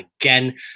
again